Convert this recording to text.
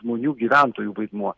žmonių gyventojų vaidmuo